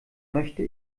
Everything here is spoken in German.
möchte